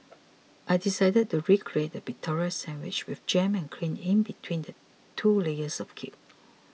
I decided to recreate the Victoria Sandwich with jam and cream in between two layers of cake